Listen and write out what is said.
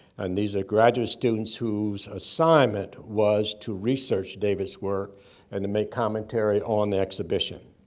and these are graduate students whose assignment was to research david's work and to make commentary on the exhibition.